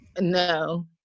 No